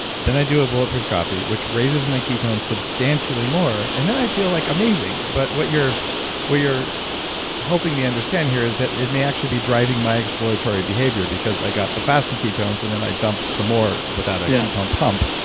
then i do a bulletproof coffee, which raises my ketones substantially more, and then i feel like amazing. but what you're what you're helping me understand here is that it may actually be driving my exploratory behavior, because i got the fasting ketones and then i dumped some more without a yeah ketone pump,